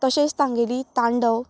तशेंच तांगेली तांडव